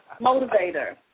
motivator